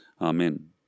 Amen